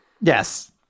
Yes